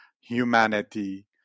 humanity